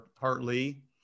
Hartley